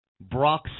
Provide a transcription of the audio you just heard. Brock